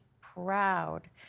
proud